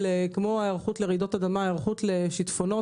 כמו היערכות לרעידות אדמה הוא נושא שצריך